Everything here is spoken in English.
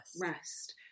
rest